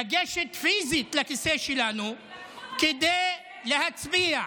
לגשת פיזית לכיסא שלנו כדי להצביע.